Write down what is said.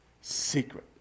secret